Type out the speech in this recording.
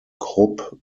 krupp